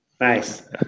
Nice